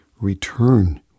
return